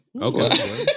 okay